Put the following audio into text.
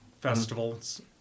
festivals